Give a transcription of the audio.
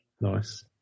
Nice